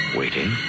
waiting